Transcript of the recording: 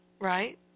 Right